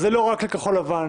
אז זה לא רק כחול לבן.